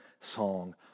song